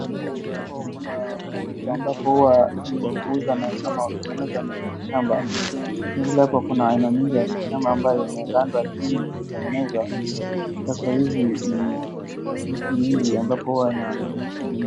Hapo kuna mtu ambapo huwa ni muuza ama kutengeneza na miti shamba. Na vile hapo kuna aina mingi ya mitishamba ambayo huwa imegandwa chini ikitengenezwa. Sasa hizi ni miti mingi ambapo huwa ina.